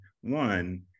one